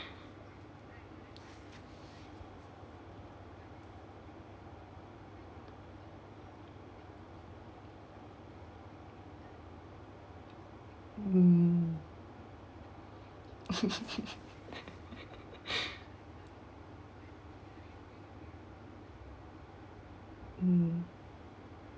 mm mm